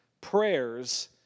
prayers